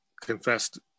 confessed